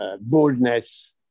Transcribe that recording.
Boldness